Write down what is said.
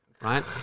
right